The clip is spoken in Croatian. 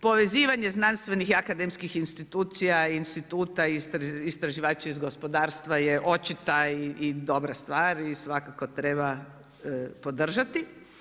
Povezivanje znanstvenih i akademskih institucija, instituta i istraživača iz gospodarstva je očita i dobra stvar i svakako treba podržati.